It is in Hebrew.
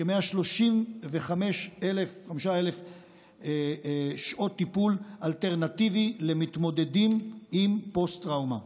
כ-135,000 שעות טיפול אלטרנטיבי למתמודדים עם פוסט-טראומה,